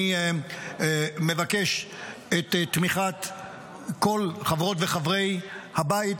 אני מבקש את תמיכת כל חברות וחברי הבית,